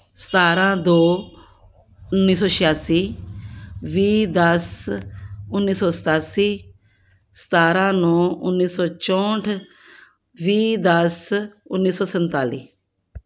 ਸਤਾਰਾਂ ਦੋ ਉੱਨੀ ਸੌ ਛਿਆਸੀ ਵੀਹ ਦਸ ਉੱਨੀ ਸੌ ਸਤਾਸੀ ਸਤਾਰਾਂ ਨੌ ਉੱਨੀ ਸੌ ਚੌਂਹਠ ਵੀਹ ਦਸ ਉੱਨੀ ਸੌ ਸੰਤਾਲ਼ੀ